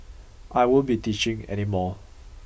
I won't be teaching any more